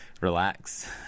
relax